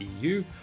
EU